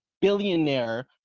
billionaire